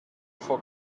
for